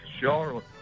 Charlotte